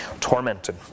tormented